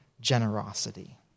generosity